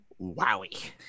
wowie